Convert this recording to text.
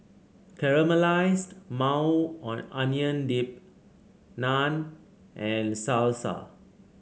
Caramelized Maui Onion Dip Naan and Salsa